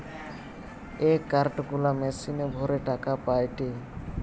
এ card গুলা মেশিনে ভরে টাকা পায়টে